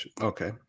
Okay